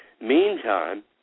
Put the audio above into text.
Meantime